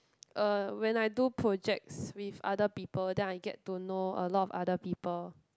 uh when I do projects with other people then I get to know a lot of other people